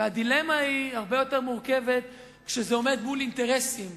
הדילמה הרבה יותר מורכבת כשזה עומד מול אינטרסים כלכליים,